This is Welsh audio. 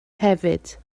hefyd